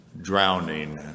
Drowning